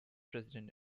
president